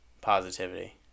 positivity